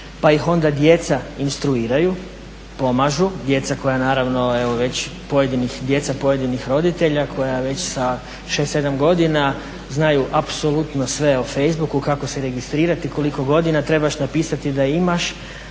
pa ih onda djeca instruiraju, pomažu, djeca koja naravno, djeca pojedinih roditelja koja već sa 6-7 godina znaju apsolutno sve o Facebooku, kako se registrirati, koliko godina trebaš napisati da imaš